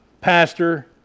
pastor